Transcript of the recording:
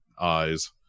Eyes